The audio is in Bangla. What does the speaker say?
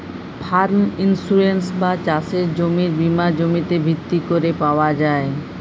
ফার্ম ইন্সুরেন্স বা চাসের জমির বীমা জমিতে ভিত্তি ক্যরে পাওয়া যায়